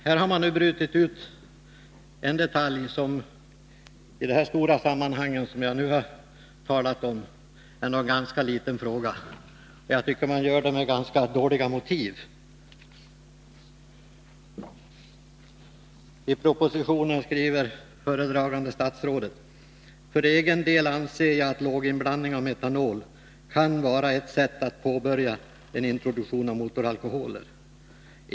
Nu har man brutit ut en detalj, som i de stora sammanhang som jag har talat om är en ganska liten fråga, och jag tycker att man har gjort det med ganska dåliga motiv. I propositionen skriver föredragande statsrådet: ”För egen del anser jag att låginblandning av metanol kan vara ett sätt att påbörja en introduktion av motoralkoholer.